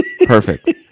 Perfect